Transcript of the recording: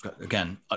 again